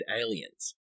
aliens